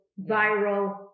viral